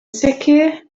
sicr